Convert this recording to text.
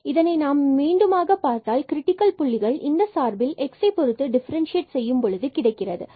மற்றும் இதனை நாம் மீண்டுமாக பார்த்தால் கிரிட்டிக்கல் புள்ளிகள் இந்த சார்பில் xபொருத்து டிஃபரண்டசியேட் செய்யும் பொழுது கிடைக்கிறது